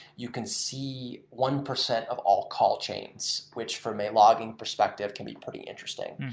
you can see one percent of all call chains, which from a logging perspective, can be pretty interesting.